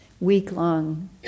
week-long